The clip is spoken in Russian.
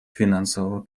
финансового